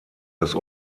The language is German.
des